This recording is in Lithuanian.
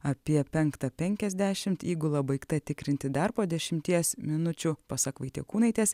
apie penktą penkiasdešimt įgula baigta tikrinti dar po dešimties minučių pasak vaitiekūnaitės